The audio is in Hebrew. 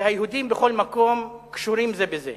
שהיהודים בכל מקום קשורים זה בזה,